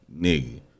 Nigga